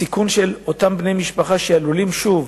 הסיכון שאותם בני משפחה עלולים שוב